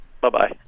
Bye-bye